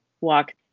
walk